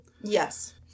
Yes